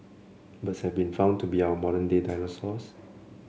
birds have been found to be our modern day dinosaurs